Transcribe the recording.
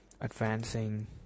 Advancing